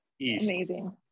Amazing